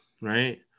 right